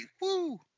Woo